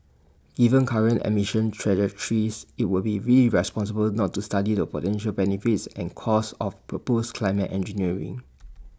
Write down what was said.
given current emissions trajectories IT would be irresponsible not to study the potential benefits and costs of proposed climate engineering